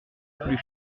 plus